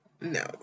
no